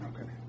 Okay